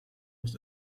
was